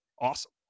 awesome